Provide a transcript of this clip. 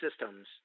systems